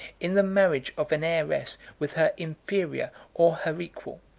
in the marriage of an heiress with her inferior or her equal,